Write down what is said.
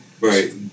Right